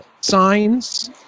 Signs